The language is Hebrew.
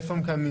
איפה הם קיימים,